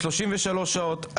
33 שעות,